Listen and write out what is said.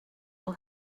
will